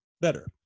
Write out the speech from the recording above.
better